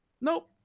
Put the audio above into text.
Nope